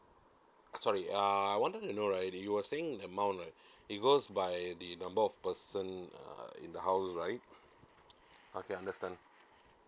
sorry uh I wanted to know right you were saying the amount right it goes by the number of person uh in the household right okay understand